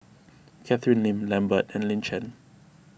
Catherine Lim Lambert and Lin Chen